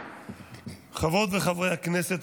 חברות וחברי הכנסת,